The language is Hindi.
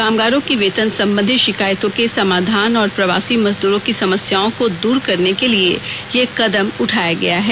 कामगारों की वेतन संबंधी शिकायतों के समाधान और प्रवासी मजदूरों की समस्याओं को दूर करने के लिए यह कदम उठाया गया है